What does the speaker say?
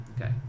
Okay